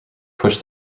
push